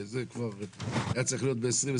היה צריך להיות ב-2021,